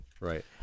Right